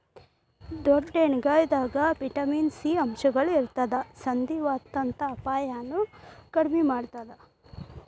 ಡೊಣ್ಣಗಾಯಿದಾಗ vitamin C ಅಂಶಗಳು ಇರತ್ತದ ಸಂಧಿವಾತದಂತ ಅಪಾಯನು ಕಡಿಮಿ ಮಾಡತ್ತದ